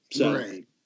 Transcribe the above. Right